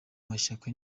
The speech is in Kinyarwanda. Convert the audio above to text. mashyaka